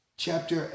Chapter